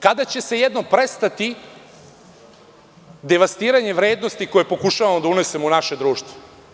Kada će se jednom prestati devastiranje vrednosti koje pokušavamo da unesemo u naše društvo?